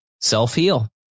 self-heal